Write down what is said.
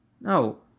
No